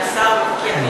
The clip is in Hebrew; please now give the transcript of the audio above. מהשר או,